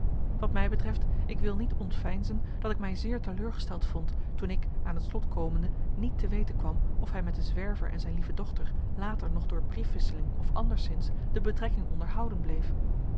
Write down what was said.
wat mij betreft ik wil niet ontveinzen dat ik mij zeer teleurgesteld vond toen ik aan het slot komende niet te weten kwam of hij met den zwerver en zijn lieve dochter later nog door briefwisseling of anderszins de betrekking onderhouden bleef